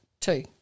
two